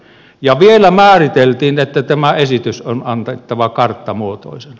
ja vielä määriteltiin että tämä esitys on annettava karttamuotoisena